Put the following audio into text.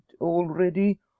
already